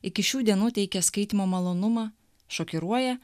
iki šių dienų teikia skaitymo malonumą šokiruoja